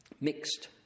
Mixed